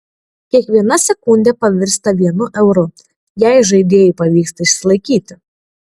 kiekviena sekundė pavirsta vienu euru jei žaidėjui pavyksta išsilaikyti